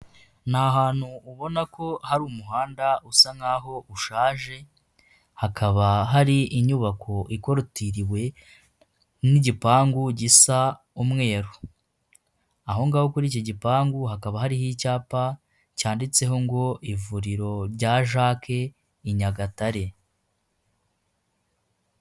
Ni ahantu ubona ko hari umuhanda usa nk'aho ushaje, hakaba hari inyubako ikorotiriwe n'igipangu gisa umweru .Aho ngaho kuri iki gipangu hakaba hariho icyapa cyanditseho ngo ivuriro rya Jack i Nyagatare.